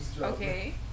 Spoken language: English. Okay